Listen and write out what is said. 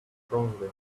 strongly